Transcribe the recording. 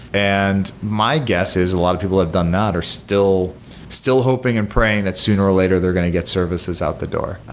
and my guess is a lot of people had done that. they're still still hoping and praying that sooner or later they're going to get services out the door.